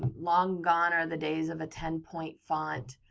long gone are the days of a ten point font.